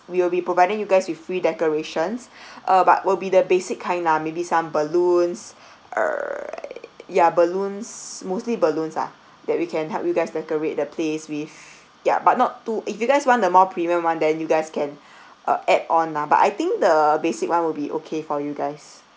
we will be providing you guys with free decorations uh but will be the basic kind lah maybe some balloons uh ya balloons mostly balloons ah that we can help you guys decorate the place with ya but not too if you guys want the more premium [one] then you guys can uh add on lah but I think the basic [one] will be okay for you guys